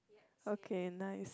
okay nice